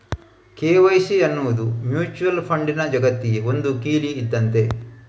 KYC ಅನ್ನುದು mutual ಫಂಡಿನ ಜಗತ್ತಿಗೆ ಒಂದು ಕೀಲಿ ಇದ್ದಂತೆ